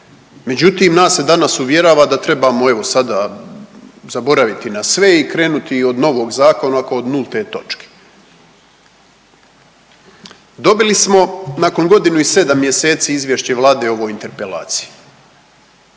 Međutim, nas se danas uvjerava da trebamo evo sada zaboraviti na sve i krenuti od novog zakona kao od nulte točke. Dobili smo nakon godinu i 7 mjeseci izvješće Vlade o ovoj interpelaciji.